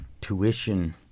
tuition